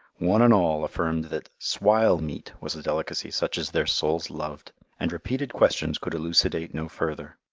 one and all affirmed that swile meat was a delicacy such as their souls loved and repeated questions could elucidate no further.